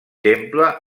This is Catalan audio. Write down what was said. temple